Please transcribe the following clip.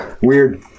Weird